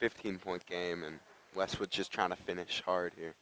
fifteen point game in westwood just trying to finish hard here